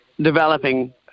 developing